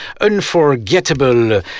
Unforgettable